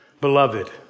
Beloved